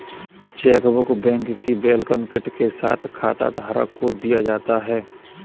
chequebook bank की welcome kit के साथ खाताधारक को दिया जाता है